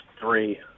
three